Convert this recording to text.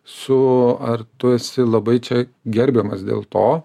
su ar tu esi labai čia gerbiamas dėl to